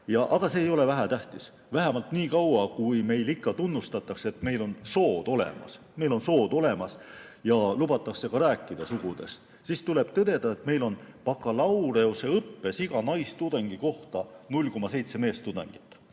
aga see ei ole vähetähtis. Vähemalt niikaua, kui meil ikka tunnistatakse, et meil on sood olemas, ja lubatakse sugudest ka rääkida, tuleb tõdeda, et meil on bakalaureuseõppes iga naistudengi kohta 0,7 meestudengit.